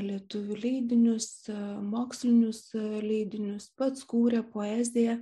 lietuvių leidinius mokslinius leidinius pats kūrė poeziją